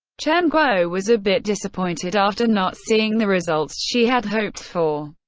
chen guo was a bit disappointed after not seeing the results she had hoped for.